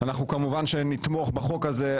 כמובן שנתמוך בחוק הזה.